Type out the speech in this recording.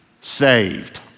saved